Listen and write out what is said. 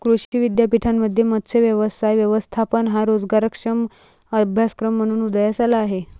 कृषी विद्यापीठांमध्ये मत्स्य व्यवसाय व्यवस्थापन हा रोजगारक्षम अभ्यासक्रम म्हणून उदयास आला आहे